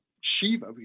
Shiva